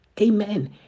Amen